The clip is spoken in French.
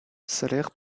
salaire